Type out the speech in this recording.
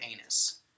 Anus